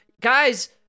guys